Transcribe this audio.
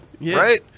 right